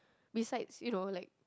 besides you know like